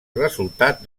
resultat